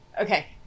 okay